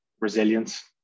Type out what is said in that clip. resilience